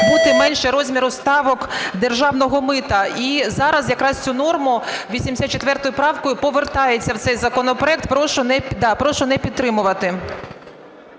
бути менше розміру ставок державного мита. І зараз якраз цю норму 84 правкою повертається в цей законопроект. Прошу не підтримувати.